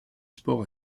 sport